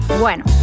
Bueno